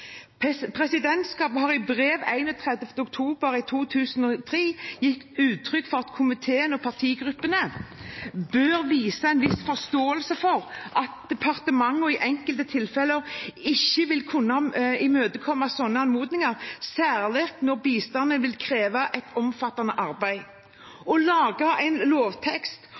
3.1.6: «Presidentskapet har i brev 31. oktober 2003 gitt uttrykk for at komiteene og partigruppene bør vise en viss forståelse for at departementene i enkelte tilfeller ikke finner å kunne imøtekomme slike anmodninger, særlig når bistanden vil kreve et omfattende arbeid.» Når det gjelder å lage en lovtekst,